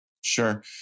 Sure